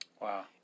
Wow